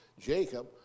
Jacob